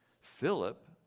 Philip